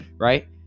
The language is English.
Right